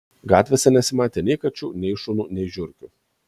gatvėse nesimatė nei kačių nei šunų nei žiurkių